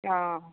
অ